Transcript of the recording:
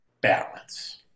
balance